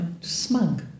smug